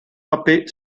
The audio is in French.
frapper